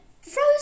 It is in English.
frozen